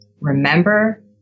remember